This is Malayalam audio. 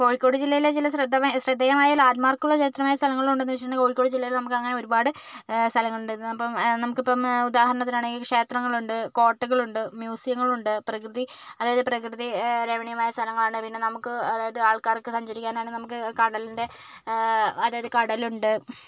കോഴിക്കോട് ജില്ലയിലെ ചില ശ്രദ്ധമേ ശ്രദ്ധേയമായ ലാൻഡ്മാർക്കുകളോ ചരിത്രപരമായ സ്ഥലങ്ങളുമുണ്ടോന്ന് ചോദിച്ചിട്ടുണ്ടെങ്കിൽ കോഴിക്കോട് ജില്ലയിലെ നമുക്കങ്ങനെ ഒരു പാട് സ്ഥലങ്ങളുണ്ട് അപ്പം നമുക്കിപ്പം ഉദാഹരണത്തിന് ആണെങ്കിൽ ക്ഷേത്രങ്ങളുണ്ട് കൊട്ടകളുണ്ട് മ്യൂസിയങ്ങളുണ്ട് പ്രകൃതി അതായത് പ്രകൃതി രമണീയമായ സ്ഥലങ്ങളുണ്ട് പിന്നെ നമുക്ക് അതായാത് ആൾക്കാർക്ക് സഞ്ചരിക്കാനാണെങ്കിൽ നമുക്ക് കടലിൻ്റെ അതായത് കടലുണ്ട്